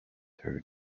her